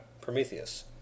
Prometheus